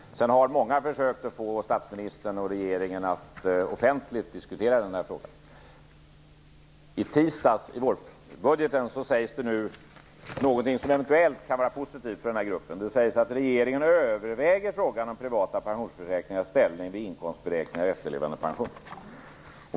Sedan dess har många försökt få statsministern och regeringen att offentligt diskutera frågan. I tisdags sades med anledning av vårbudgeten någonting som eventuellt kan vara positivt för den här gruppen. Det sades att regeringen överväger frågan om privata pensionsförsäkringars ställning vid inkomstberäkning av efterlevandepension.